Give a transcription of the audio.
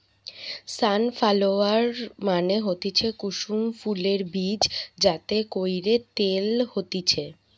sunflower মানে হতিছে কুসুম ফুলের বীজ যাতে কইরে তেল হতিছে